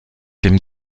dem